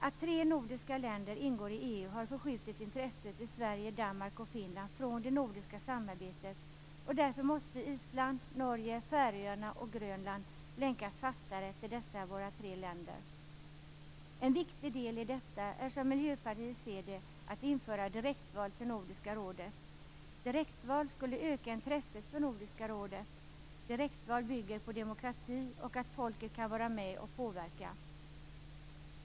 Att tre nordiska länder ingår i EU har förskjutit intresset i Sverige, Danmark och Finland från det nordiska samarbetet, och därför måste Island, Norge, Färöarna och Grönland länkas fastare till dessa tre länder. En viktig del i detta är som Miljöpartiet ser det att införa direktval till Nordiska rådet. Direktval skulle öka intresset för Nordiska rådet. Direktval bygger på demokrati och att folket kan vara med och påverka.